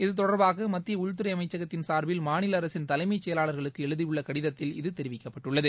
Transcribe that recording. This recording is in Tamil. இது தொடர்பாக மத்திய உள்துறை அமைச்சகத்தின் சார்பில் மாநில அரசின் தலைமைச் செயலாளா்களுக்கு எழுதியுள்ள கடிதத்தில் இது தெரிவிக்கப்பட்டுள்ளது